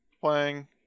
playing